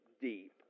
deep